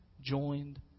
joined